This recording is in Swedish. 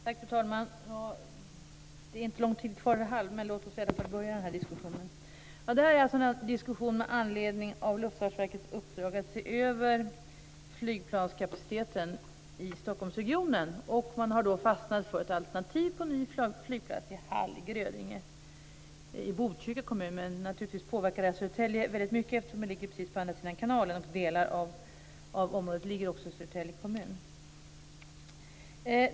Fru talman! Det är inte lång tid kvar tills klockan är halv fem. Men låt oss börja den här diskussionen. Jag har tagit upp denna diskussion med anledning av Luftfartsverkets uppdrag att se över flygplanskapaciteten i Stockholmsregionen. Man har då fastnat vid ett alternativ som innebär en ny flygplats i Hall, Grödinge i Botkyrka kommun. Detta påverkar naturligtvis Södertälje väldigt mycket eftersom det ligger på andra sidan kanalen. Delar av området ligger också i Södertälje kommun.